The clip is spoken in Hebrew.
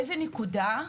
באיזה נקודה,